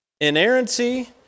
Inerrancy